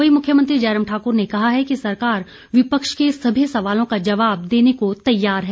वहीं मुख्यमंत्री जयराम ठाकुर ने कहा है कि सरकार विपक्ष के सभी सवालों का जवाब देने को तैयार है